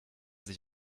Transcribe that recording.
sich